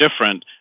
different